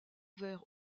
vert